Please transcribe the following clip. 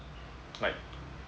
like